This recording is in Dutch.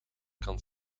kan